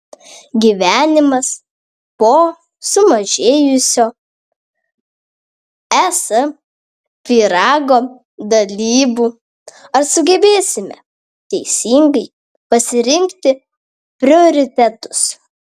gyvenimas po sumažėjusio es pyrago dalybų ar sugebėsime teisingai pasirinkti prioritetus